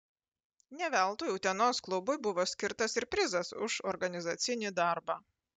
ne veltui utenos klubui buvo skirtas ir prizas už organizacinį darbą